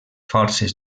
forces